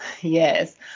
Yes